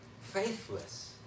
faithless